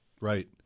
Right